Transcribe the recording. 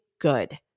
good